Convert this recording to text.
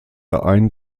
ein